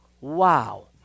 wow